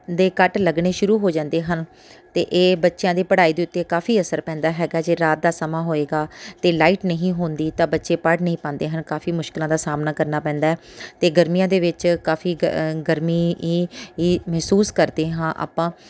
ਦੇ ਕੱਟ ਲੱਗਣੇ ਸ਼ੁਰੂ ਹੋ ਜਾਂਦੇ ਹਨ ਤਾਂ ਇਹ ਬੱਚਿਆਂ ਦੀ ਪੜ੍ਹਾਈ ਦੇ ਉੱਤੇ ਕਾਫੀ ਅਸਰ ਪੈਂਦਾ ਹੈਗਾ ਜੇ ਰਾਤ ਦਾ ਸਮਾਂ ਹੋਏਗਾ ਅਤੇ ਲਾਈਟ ਨਹੀਂ ਹੁੰਦੀ ਤਾਂ ਬੱਚੇ ਪੜ੍ਹ ਨਹੀਂ ਪਾਂਦੇ ਹਨ ਕਾਫੀ ਮੁਸ਼ਕਿਲਾਂ ਦਾ ਸਾਹਮਣਾ ਕਰਨਾ ਪੈਂਦਾ ਅਤੇ ਗਰਮੀਆਂ ਦੇ ਵਿੱਚ ਕਾਫੀ ਗਰਮੀ